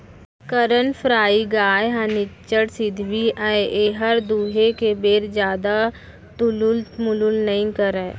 करन फ्राइ गाय ह निच्चट सिधवी अय एहर दुहे के बेर जादा तुलुल मुलुल नइ करय